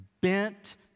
bent